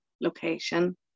Location